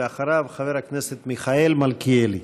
אחריו, חבר הכנסת מיכאל מלכיאלי.